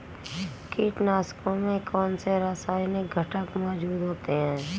कीटनाशकों में कौनसे रासायनिक घटक मौजूद होते हैं?